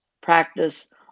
practice